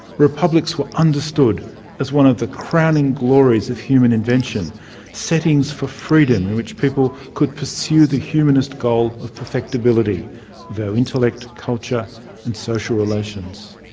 republics were understood as one of the crowning glories of human invention settings for freedom in which people could pursue the humanist goal of perfectibility intellect, culture and social relations.